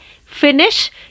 finish